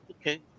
okay